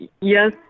Yes